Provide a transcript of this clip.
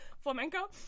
Flamenco